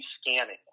scanning